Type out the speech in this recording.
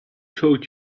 told